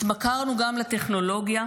התמכרנו גם לטכנולוגיה,